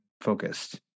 focused